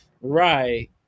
Right